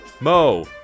Mo